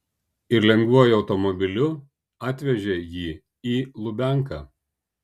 ir lengvuoju automobiliu atvežė jį į lubianką